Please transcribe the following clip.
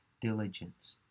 diligence